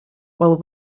while